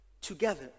together